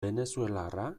venezuelarra